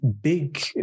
big